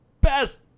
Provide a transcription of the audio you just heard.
best